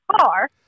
car